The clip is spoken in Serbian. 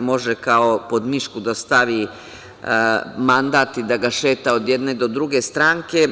može, kao pod mišku, da stavi mandat i da ga šeta od jedne do druge stranke.